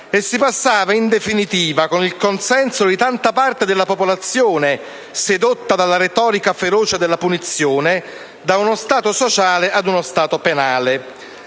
E si passava in definitiva, con il consenso di tanta parte della popolazione, sedotta dalla retorica feroce della punizione, da uno Stato sociale ad uno Stato penale.